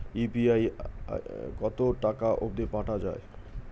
UPI কতো টাকা অব্দি পাঠা যায়?